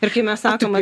ir kai mes sakome